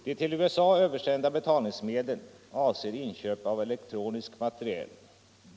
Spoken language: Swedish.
De till USA översända betalningsmedlen avser inköp av elektronisk materiel.